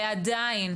ועדיין,